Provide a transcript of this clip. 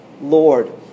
Lord